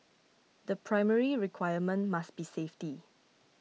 the primary requirement must be safety